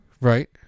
Right